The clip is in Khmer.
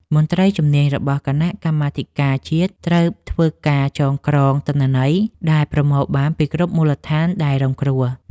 មន្ត្រីជំនាញរបស់គណៈកម្មាធិការជាតិត្រូវធ្វើការចងក្រងទិន្នន័យដែលប្រមូលបានពីគ្រប់មូលដ្ឋានដែលរងគ្រោះ។